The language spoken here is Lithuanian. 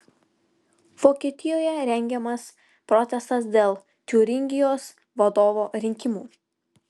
vokietijoje rengiamas protestas dėl tiuringijos vadovo rinkimų